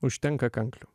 užtenka kanklių